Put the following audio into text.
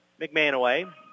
McManaway